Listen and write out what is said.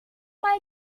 mal